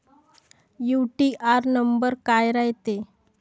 UTR number काय रायते?